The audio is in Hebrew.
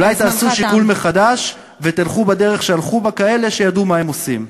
אולי תעשו שיקול מחדש ותלכו בדרך שהלכו בה כאלה שידעו מה הם עושים.